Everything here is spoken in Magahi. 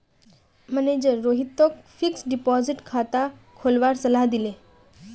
मनेजर रोहितक फ़िक्स्ड डिपॉज़िट खाता खोलवार सलाह दिले